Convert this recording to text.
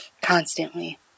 constantly